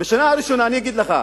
אני אגיד לך.